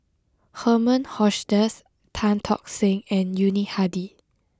Herman Hochstadt Tan Tock Seng and Yuni Hadi